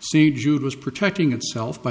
say jude was protecting itself by